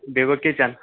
بیٚیہِ گوٚو کِچن